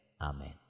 Amen